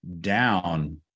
down